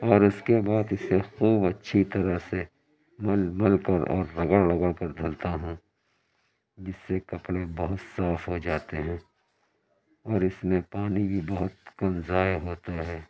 اور اس کے بعد اسے خوب اچھی طرح سے مل مل کر اور رگڑ رگڑ کر دھلتا ہوں جس سے کپڑے بہت صاف ہو جاتے ہیں اور اس میں پانی بھی بہت کم ضائع ہوتا ہے